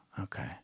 Okay